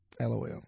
LOL